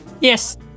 Yes